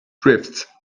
drifts